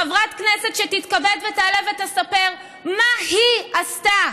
חברת כנסת שתתכבד ותעלה ותספר מה היא עשתה